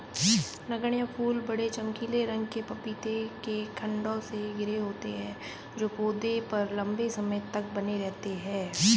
नगण्य फूल बड़े, चमकीले रंग के पपीते के खण्डों से घिरे होते हैं जो पौधे पर लंबे समय तक बने रहते हैं